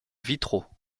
vitraux